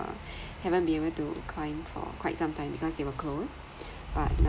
haven't been able to climb for quite some time because they were close but now